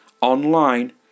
online